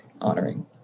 honoring